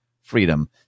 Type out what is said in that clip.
freedom